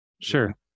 Sure